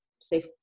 safe